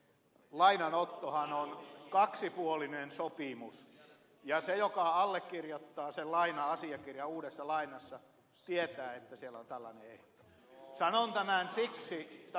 lainanottohan on kaksipuolinen sopimus ja se joka allekirjoittaa sen laina asiakirjan uudessa lainassa tietää että siellä on tällainen ehto